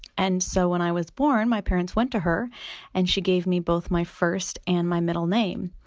and so when i was born, my parents went to her and she gave me both my first and my middle name.